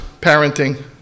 parenting